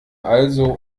also